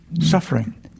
Suffering